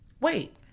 wait